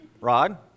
Rod